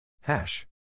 Hash